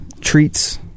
Treats